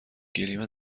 گلیم